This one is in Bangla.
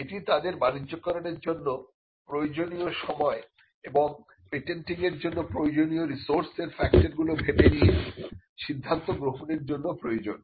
এটি তাদের বাণিজ্যকরনের জন্য প্রয়োজনীয় সময় এবং পেটেন্টিংয়ের জন্য প্রয়োজনীয় রিসোর্সের ফ্যাক্টরগুলো ভেবে নিয়ে সিদ্ধান্ত গ্রহণের জন্য প্রয়োজন